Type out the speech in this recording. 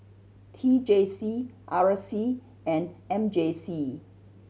T J C R C and M J C